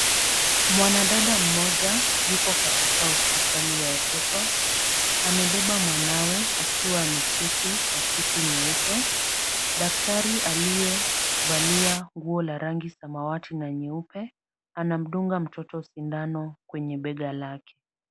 Mwanadada mmoja yuko katika hospitali ya watoto. Amebeba mwanawe akiwa ameketi kwa kiti nyeupe. Daktari aliyevalia nguo la rangi samawati na nyeupe, anamdunga mtoto sindano kwenye bega lake.